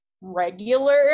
regular